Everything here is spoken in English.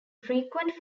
frequent